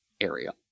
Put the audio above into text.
area